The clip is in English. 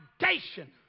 foundation